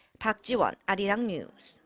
park ji-won, arirang news.